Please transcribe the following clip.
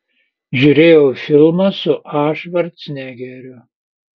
žiūrėjau filmą su a švarcnegeriu